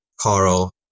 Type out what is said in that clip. Carl